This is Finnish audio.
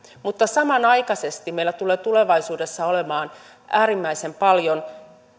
mutta samanaikaisesti meillä tulee tulevaisuudessa olemaan äärimmäisen paljon